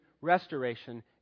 restoration